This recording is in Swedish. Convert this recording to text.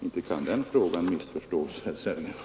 Inte kan den frågan missförstås, herr Sellgren?